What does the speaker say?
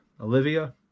Olivia